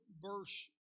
verse